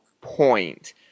point